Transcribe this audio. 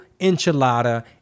enchilada